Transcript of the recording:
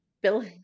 Bill